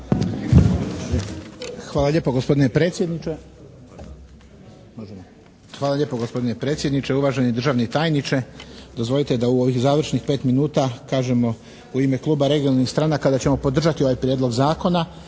Ivaniš. **Ivaniš, Nikola (PGS)** Hvala lijepo gospodine predsjedniče, uvaženi državni tajniče. Dozvolite da u ovih završnih 5 minuta kažemo u ime kluba regionalnih stranaka da ćemo podržati ovaj Prijedlog zakona